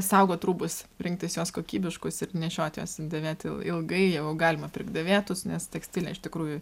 saugot rūbus rinktis juos kokybiškus ir nešiot juos dėvėti ilgai jeigu galima pirkt dėvėtus nes tekstilė iš tikrųjų